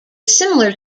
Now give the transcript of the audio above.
similar